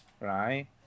right